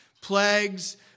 plagues